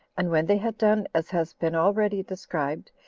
and when they had done as has been already described,